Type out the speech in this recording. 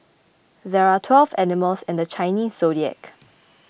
there are twelve animals in the Chinese zodiac